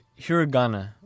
hiragana